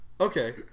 Okay